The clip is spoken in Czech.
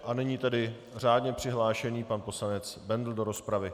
A nyní tedy řádně přihlášený pan poslanec Bendl do rozpravy.